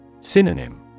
Synonym